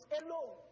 alone